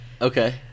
Okay